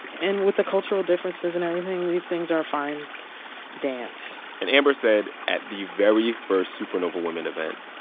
and with the cultural differences and everything, these things are a fine dance and amber said, at the very first supernova women event,